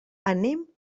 anem